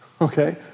okay